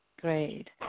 Great